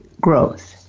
Growth